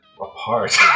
Apart